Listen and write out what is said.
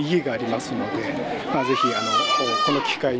you got